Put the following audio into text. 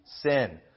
sin